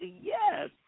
Yes